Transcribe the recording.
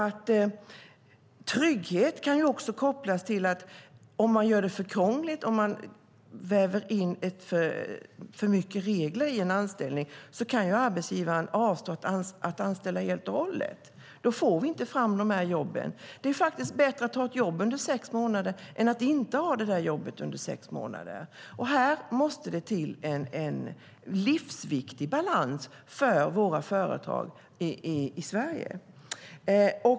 Trygghet kan även kopplas till att om man gör det hela för krångligt, väver in för många regler i en anställning, kan arbetsgivaren helt och hållet avstå från att anställa, och då får vi inte fram jobben. Det är bättre att ha ett jobb under sex månader än att inte ha det. Här måste det till en livsviktig balans för företagen i Sverige.